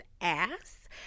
ass